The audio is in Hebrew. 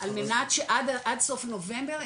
על מנת שעד סוף נובמבר,